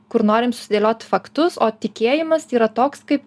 kur norim susidėliot faktus o tikėjimas yra toks kaip